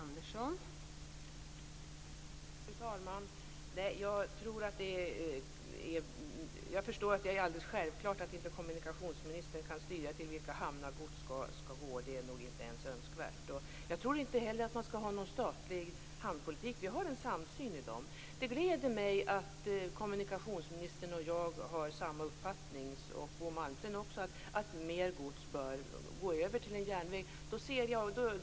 Fru talman! Det är självklart att kommunikationsministern inte kan styra till vilka hamnar gods skall gå. Det är nog inte ens önskvärt. Jag tror inte heller att man skall ha någon statlig hamnpolitik. Vi har en samsyn där. Det gläder mig att kommunikationsministern och jag har samma uppfattning som Bo Malmsten att mer gods bör gå på järnväg.